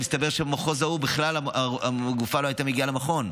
מסתבר שבמחוז ההוא הגופה בכלל לא הייתה מגיעה למכון.